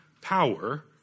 power